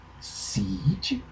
Siege